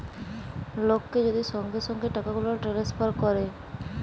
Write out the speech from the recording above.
লককে যদি সঙ্গে সঙ্গে টাকাগুলা টেলেসফার ক্যরে